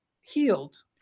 healed